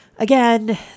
Again